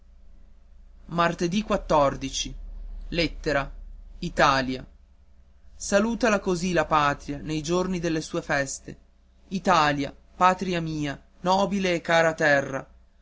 l talia ma alutala così la patria nei giorni delle sue feste italia patria mia nobile e cara terra